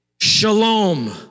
Shalom